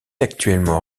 actuellement